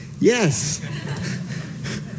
Yes